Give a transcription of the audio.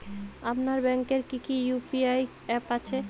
আপনার ব্যাংকের কি কি ইউ.পি.আই অ্যাপ আছে?